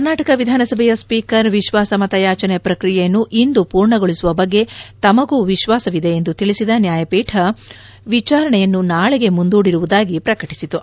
ಕರ್ನಾಟಕ ವಿಧಾನಸಭೆಯ ಸ್ವೀಕರ್ ವಿಶ್ವಾಸಮತ ಯಾಚನೆ ಪ್ರಕ್ರಿಯೆಯನ್ನು ಇಂದು ಪೂರ್ಣಗೊಳಿಸುವ ಬಗ್ಗೆ ತನಗೂ ವಿಶ್ವಾಸವಿದೆ ಎಂದು ತಿಳಿಸಿದ ನ್ಯಾಯಪೀಠ ವಿಚಾರಣೆಯನ್ನು ನಾಳೆಗೆ ಮುಂದೂದಿರುವುದಾಗಿ ಪ್ರಕಟಿಸಿತು